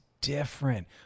different